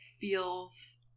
feels